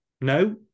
No